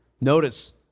Notice